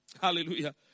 Hallelujah